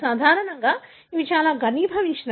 సాధారణంగా అవి చాలా ఘనీభవించినవి